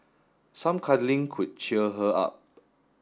some cuddling could cheer her up